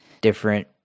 different